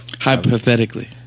Hypothetically